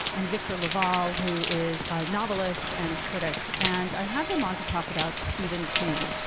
and victor laval, who is a novelist and critic and i had them on to talk about stephen king,